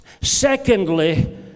secondly